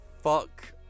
fuck